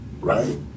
right